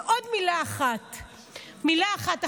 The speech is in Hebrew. ועוד מילה אחת אחרונה.